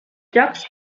jocs